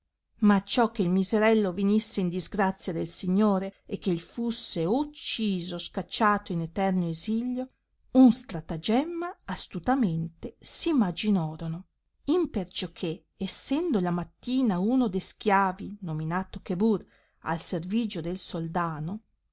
ma acciò che il miserello venisse in disgrazia del signore e che fusse o ucciso o scacciato in eterno esilio un stratagemma astutamente s imaginorono imperciò che essendo la mattina uno de schiavi nominato chebur al servigio del soldano